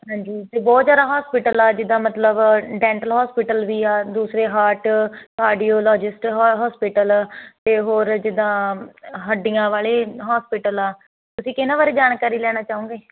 ਹਾਂਜੀ ਤੇ ਬਹੁਤ ਜਿਆਦਾ ਹੋਸਪਿਟਲ ਆ ਜਿੱਦਾਂ ਮਤਲਬ ਡੈਂਟਲ ਹੋਸਪੀਟਲ ਵੀ ਆ ਦੂਸਰੇ ਹਾਰਟ ਆਡੀਓ ਲੋਜਿਸਟ ਹੋਸਪਿਟਲ ਤੇ ਹੋਰ ਜਿੱਦਾਂ ਹੱਡੀਆਂ ਵਾਲੇ ਹੋਸਪਿਟਲ ਆ ਤੁਸੀਂ ਕਿਹਨਾਂ ਬਾਰੇ ਜਾਣਕਾਰੀ ਲੈਣਾ ਚਾਹੋਗੇ